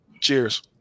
Cheers